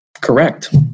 Correct